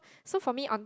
so for me on